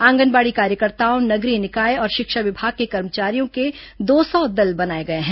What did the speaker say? आंगनबाड़ी कार्यकर्ताओं नगरीय निकाय और शिक्षा विभाग के कर्मचारियों के दो सौ दल बनाए गए हैं